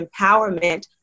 empowerment